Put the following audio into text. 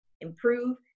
improve